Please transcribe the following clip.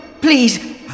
Please